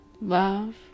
love